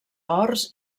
horts